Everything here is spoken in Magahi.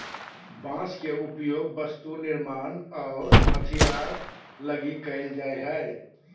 बांस के उपयोग वस्तु निर्मान आऊ हथियार लगी कईल जा हइ